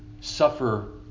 suffer